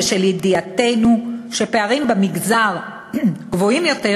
בשל ידיעתנו שהפערים במגזר גבוהים יותר,